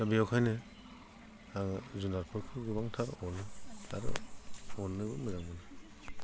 दा बेखायनो आङो जुनादफोरखौ गोबांथार अनो आरो अननो मोजां मोनो